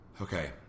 okay